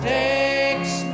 takes